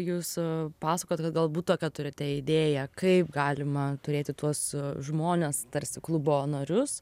jūs pasakojot galbūt tokią turite idėją kaip galima turėti tuos žmones tarsi klubo narius